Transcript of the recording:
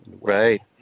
Right